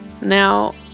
now